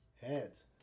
heads